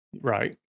Right